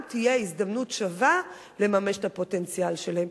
תהיה הזדמנות שווה לממש את הפוטנציאל שלהם.